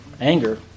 Anger